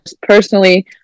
personally